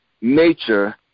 nature